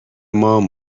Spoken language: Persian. مام